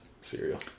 cereal